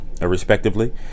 respectively